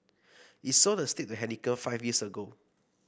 it sold the stake to Heineken five years ago